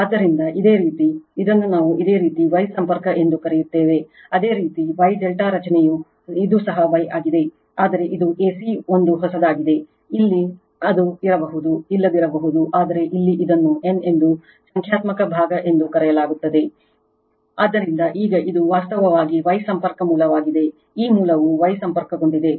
ಆದ್ದರಿಂದ ಇದೇ ರೀತಿ ಇದನ್ನು ನಾವು ಇದೇ ರೀತಿ Y ಸಂಪರ್ಕ ಎಂದು ಕರೆಯುತ್ತೇವೆ ಅದೇ ರೀತಿ Y ∆ ರಚನೆಯು ಅಲ್ಲಿ ಅದು ಇರಬಹುದು ಇಲ್ಲದಿರಬಹುದು ಆದರೆ ಇಲ್ಲಿ ಇದನ್ನು n ಎಂದು ಸಂಖ್ಯಾತ್ಮಕ ಭಾಗ ಎಂದು ಕರೆಯಲಾಗುತ್ತದೆ ಆದ್ದರಿಂದ ಈಗ ಇದು ವಾಸ್ತವವಾಗಿ Y ಸಂಪರ್ಕಿತ ಮೂಲವಾಗಿದೆ ಈ ಮೂಲವು Y ಸಂಪರ್ಕಗೊಂಡಿದೆ